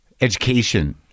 education